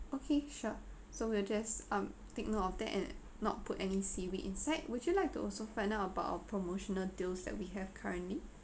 okay sure so we'll just um take note of that and not put any seaweed inside would you like to also find out about our promotional deals that we have currently